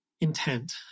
intent